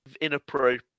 inappropriate